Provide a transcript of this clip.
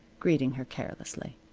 greeting her carelessly.